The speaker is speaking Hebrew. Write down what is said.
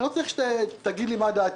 אני לא צריך שתגיד לי מה דעתי,